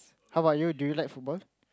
how about you do you like football